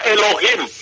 Elohim